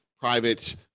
private